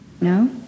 no